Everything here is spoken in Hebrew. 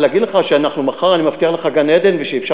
אבל להגיד לך שאני מבטיח לך מחר גן-עדן ושאפשר